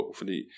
fordi